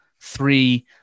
three